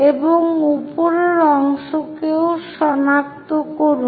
এবং উপরের অংশকে ও সনাক্ত করুন